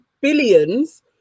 billions